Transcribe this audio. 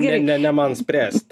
ne ne ne man spręst